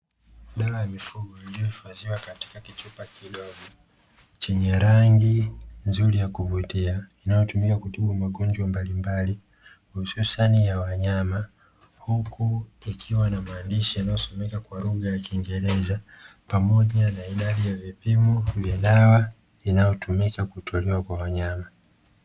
Dawa ya mifugo iliyohifadhiwa katika kichupa chenye rangi nzuri ya kuvutia inayotumia kutibu magonjwa mbalimbali, hususani ya wanyama huku ikiwa na maandishi yanayosomeka kwa lugha ya kiingereza pamoja na idadi ya vipimo vya dawa inayotumika kutolewa kwa wanyama.